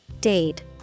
date